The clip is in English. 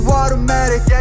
automatic